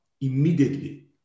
immediately